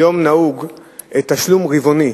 כיום נהוג תשלום רבעוני: